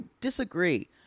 disagree